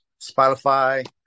Spotify